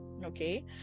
Okay